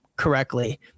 correctly